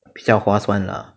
比较划算 lah